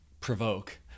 provoke